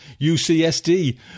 UCSD